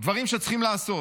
דברים שצריכים לעשות.